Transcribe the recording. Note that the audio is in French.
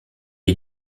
est